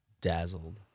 dazzled